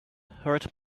hurt